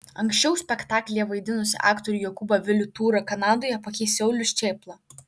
anksčiau spektaklyje vaidinusį aktorių jokūbą vilių tūrą kanadoje pakeis saulius čėpla